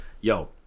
Yo